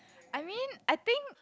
I mean I think